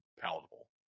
palatable